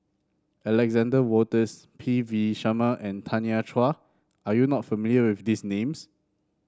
Alexander Wolters P V Sharma and Tanya Chua are you not familiar with these names